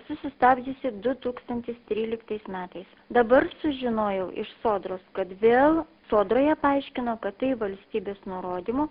susistabdžiusi du tūkstantis tryliktais metais dabar sužinojau iš sodros kad vėl sodroje paaiškino kad tai valstybės nurodymų